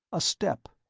a step.